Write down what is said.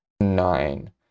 Nine